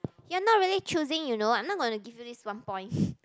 you're not really choosing you know I'm not gonna give you this one point